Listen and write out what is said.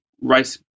rice